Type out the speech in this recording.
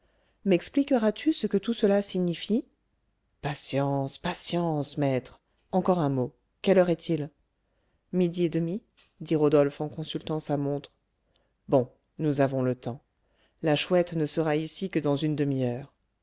rodolphe mexpliqueras tu ce que tout cela signifie patience patience maître encore un mot quelle heure est-il midi et demi dit rodolphe en consultant sa montre bon nous avons le temps la chouette ne sera ici que dans une demi-heure